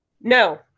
No